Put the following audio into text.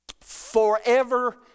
forever